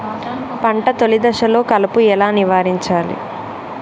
పంట తొలి దశలో కలుపు ఎలా నివారించాలి?